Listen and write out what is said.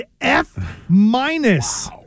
F-minus